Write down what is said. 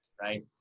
right